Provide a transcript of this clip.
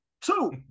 Two